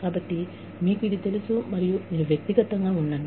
కాబట్టి మీకు ఇది తెలుసు మరియు మీరు వ్యక్తిగతంగా ఉండండి